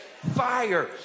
Fire